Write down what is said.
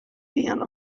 vian